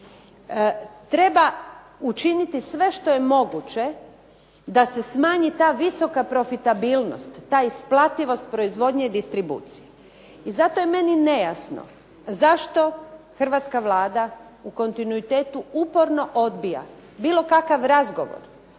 Treba učiniti sve što je moguće da se smanji ta visoka profitabilnost, ta isplativost proizvodnje i distribucije. I zato je meni nejasno zašto hrvatska Vlada u kontinuitetu uporno odbija bilo kakav razgovor